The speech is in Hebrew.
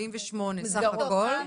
בסך הכול,